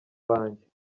banjye